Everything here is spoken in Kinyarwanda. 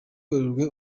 werurwe